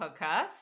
podcast